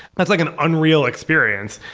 that's like an unreal experience.